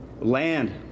Land